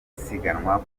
isiganwa